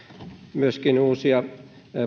myöskin uusia